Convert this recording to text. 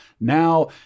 now